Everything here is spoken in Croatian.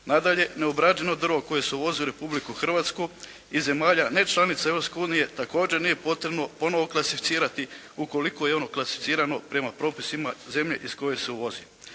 Nadalje, neobrađeno drvo koje se uvozi u Republiku Hrvatsku i zemalja ne članica Europske unije također nije potrebno ponovno klasificirati ukoliko je ono klasificirano prema propisima zemlje iz koje se uvozi.